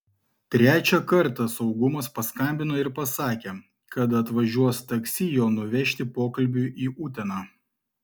trečią kartą saugumas paskambino ir pasakė kad atvažiuos taksi jo nuvežti pokalbiui į uteną